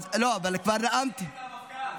הקרדיט למפכ"ל.